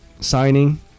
signing